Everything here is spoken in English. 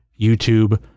YouTube